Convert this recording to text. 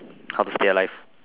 how to stay alive